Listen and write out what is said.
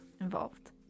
involved